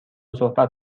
صحبت